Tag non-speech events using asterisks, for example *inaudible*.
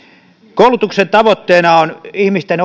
koulutuksen tavoitteena on ihmisten *unintelligible*